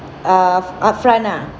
err f~ a friend ah